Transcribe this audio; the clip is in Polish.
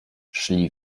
szli